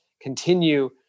continue